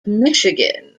michigan